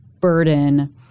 burden